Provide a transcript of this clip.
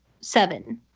Seven